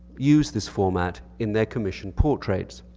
used this format in their commissioned portraits.